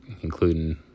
including